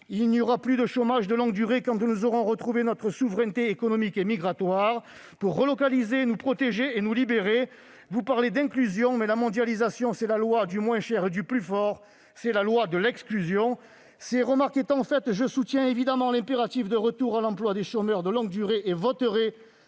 Il n'y aura plus de chômage de longue durée quand nous aurons recouvré notre souveraineté économique et migratoire pour relocaliser, nous protéger et nous libérer. Vous parlez d'inclusion, mais la mondialisation, c'est la loi du moins cher et du plus fort ; c'est la loi de l'exclusion ! Ces remarques étant faites, je partage évidemment l'impératif de retour à l'emploi des chômeurs de longue durée et voterai